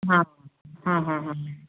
ਹਾਂ ਹਾਂ ਹਾਂ ਹਾਂ